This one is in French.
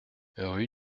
rue